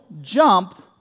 Jump